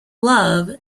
love